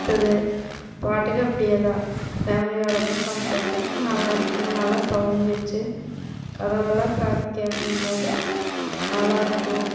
அடுத்தது பாட்டுக்கு அப்படியேதான் ஃபேமிலியோடெலான் உக்காந்து கேட்குறக்கு நல்லாயிருக்கும் நல்லா சவுண்ட் வெச்சு கதவல்லாம் சாற்றி கேட்கம்போது நல்லாயிருக்கும்